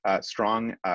strong